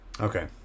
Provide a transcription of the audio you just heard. Okay